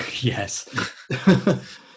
yes